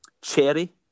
Cherry